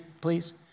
please